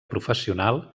professional